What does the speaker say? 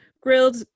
grilled